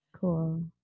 Cool